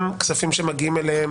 גם כספים שמגיעים אליהם,